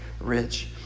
rich